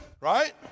right